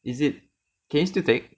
is it can you still take